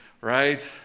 right